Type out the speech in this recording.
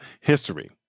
history